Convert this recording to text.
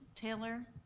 taylor,